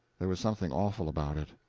there was something awful about it.